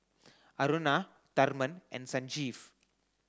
Aruna Tharman and Sanjeev